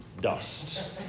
dust